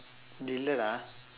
delay lah